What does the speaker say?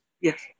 yes